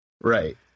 Right